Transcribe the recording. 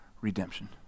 Redemption